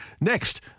next